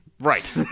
Right